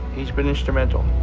he's been instrumental.